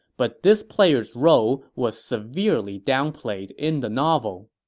but this player's role was severely downplayed in the novel.